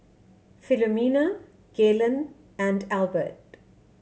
Philomena Galen and Albert